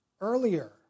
earlier